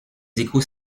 échos